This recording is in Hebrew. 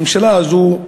הממשלה הזאת,